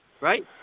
Right